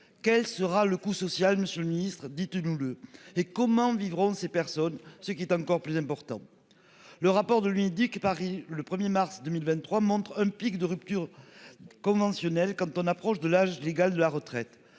Quel sera le coût social, Monsieur le Ministre, dites-nous le et comment vivrons ces personnes ce qui est encore plus important. Le rapport de l'Unédic. Paris le 1er mars 2023 montre un pic de rupture. Conventionnelle quand on approche de l'âge légal de la retraite.